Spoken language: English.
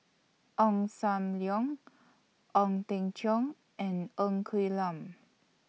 Ong SAM Leong Ong Teng Cheong and Ng Quee Lam